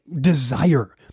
desire